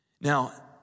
Now